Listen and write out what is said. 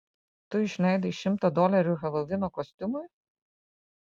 tu išleidai šimtą dolerių helovino kostiumui